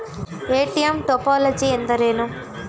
ATM topology ಎಂದರೇನು?